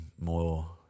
more